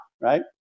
right